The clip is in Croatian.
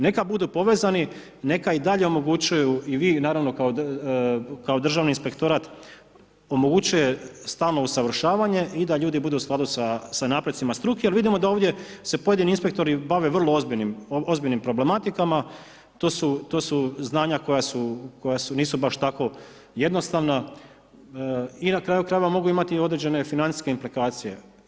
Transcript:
Neka budu povezani, neka i dalje omogućuju i vi naravno kao Državni inspektorat omogućuje stalno usavršavanje i da ljudi budu u skladu sa naprecima struke jer vidimo da ovdje se pojedini inspektori bave vrlo ozbiljnim problematikama, to su znanja koja nisu baš tako jednostavna i na kraju krajeva, mogu imati određene financijske implikacije.